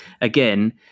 again